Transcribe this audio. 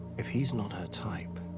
if he's not her type,